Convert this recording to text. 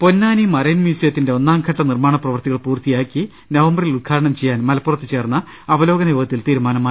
Ponnani marine മ്യൂസിയത്തിന്റെ ഒന്നാംഘട്ട നിർമാണ പ്രവൃത്തികൾ പൂർത്തിയാക്കി നവംബറിൽ ഉദ്ഘാടനം ചെയ്യാൻ മലപ്പുറത്ത് ചേർന്ന അവലോകന യോഗത്തിൽ തീരുമാനമായി